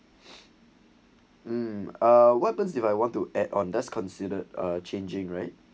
mm ah weapons if I want to add on does considered a changing right